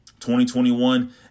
2021